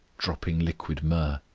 dropping liquid myrrh,